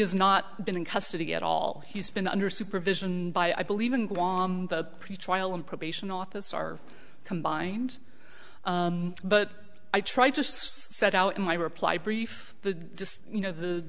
has not been in custody at all he's been under supervision by i believe in the pretrial and probation officers are combined but i tried just set out in my reply brief the you know the